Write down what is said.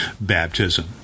baptism